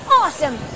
awesome